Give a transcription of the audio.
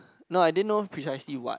no I didn't know precisely what